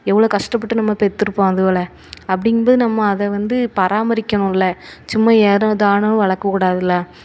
எவ்வளோ கஷ்டப்பட்டு நம்ம பெற்றுருப்போம் அதுகள அப்படிங்கும்போது நம்ம அதை வந்து பராமரிக்கணும் இல்லை சும்மா ஏனோ தானோன்னு வளர்க்கக்கூடாதுல்ல